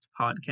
podcast